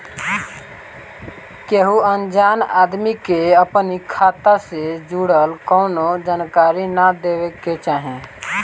केहू अनजान आदमी के अपनी खाता से जुड़ल कवनो जानकारी ना देवे के चाही